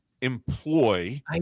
employ